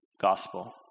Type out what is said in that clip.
gospel